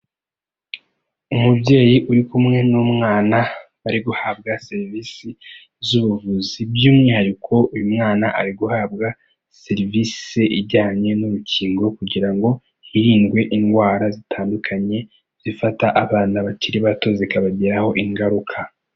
Umubyeyi uri kumwe n'umwana, bari guhabwa serivisi z'ubuvuzi, by'umwihariko uyu mwana ari guhabwa serivisi ijyanye n'urukingo, kugira ngo hirindwe indwara zitandukanye, zifata abana bakiri bato zikabagiraho ingaruka.